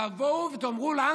תבואו ותאמרו לנו: